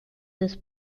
des